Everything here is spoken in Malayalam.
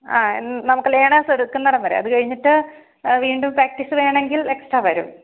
ആ നമുക്ക് ലേണെഴ്സ് എടുക്കുന്നോടം വരെ അത് കഴിഞ്ഞിട്ട് വീണ്ടും പ്രാക്റ്റിസ് വേണമെങ്കിൽ എക്സ്ട്രാ വരും